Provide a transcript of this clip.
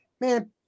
man